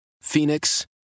Phoenix